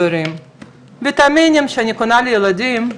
ויטמינים שאני קונה לילדים.